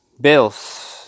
Bill's